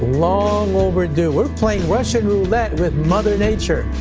long overdue. we're playing russian roulette with mother nature